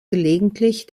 gelegentlich